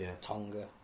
Tonga